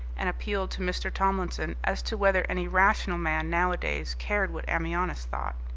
and appealed to mr. tomlinson as to whether any rational man nowadays cared what ammianus thought?